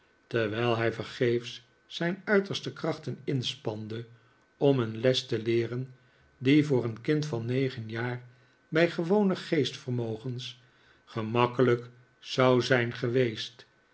terwijl hij vergeefs zijn uiterste krachten inspande om een les te leeren die voor een kind van negen jaar bij gewone geestvermogens gemakkelijk zou zijn geweest